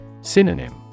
Synonym